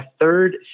third